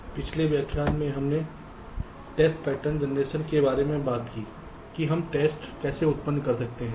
इसलिए पिछले व्याख्यान में हमने टेस्ट पैटर्न जनरेशन के बारे में बात की कि हम टेस्ट कैसे उत्पन्न कर सकते हैं